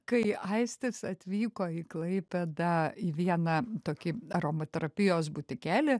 kai aistis atvyko į klaipėdą į vieną tokį aromaterapijos butikelį